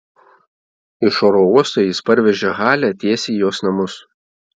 iš oro uosto jis parvežė halę tiesiai į jos namus